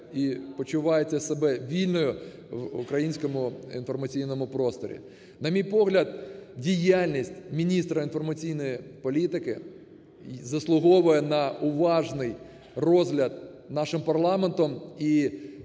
і почувається себе вільною в українському інформаційному просторі. На мій погляд, діяльність міністра інформаційної політики заслуговує на уважний розгляд нашим парламентом.